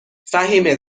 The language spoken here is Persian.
فهیمه